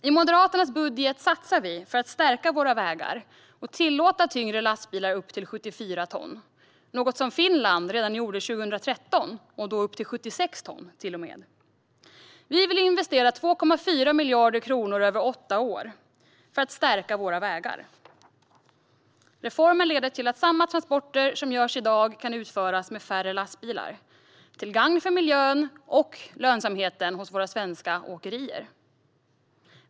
I Moderaternas budget satsar vi för att stärka våra vägar och tillåta tyngre lastbilar upp till 74 ton, något som Finland gjorde redan 2013 och då till och med upp till 76 ton. Vi vill investera 2,4 miljarder kronor över åtta år för att stärka våra vägar. Reformen leder till att samma transporter som görs i dag kan utföras med färre lastbilar, till gagn både för miljön och för lönsamheten hos våra svenska åkerier.